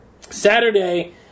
Saturday